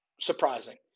surprising